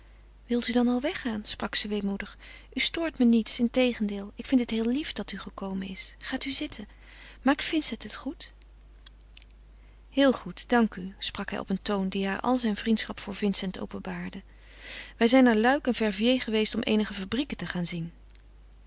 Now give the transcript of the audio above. wil u dan al weggaan sprak ze weemoedig u stoort me niets integendeel ik vind het heel lief dat u gekomen is gaat u zitten maakt vincent het goed heel goed dank u sprak hij op een toon die haar al zijn vriendschap voor vincent openbaarde wij zijn naar luik en verviers geweest om eenige fabrieken te gaan zien